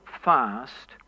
fast